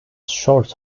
short